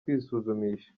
kwisuzumisha